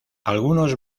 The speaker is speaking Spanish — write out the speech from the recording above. algunos